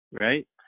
right